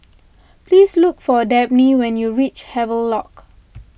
please look for Dabney when you reach Havelock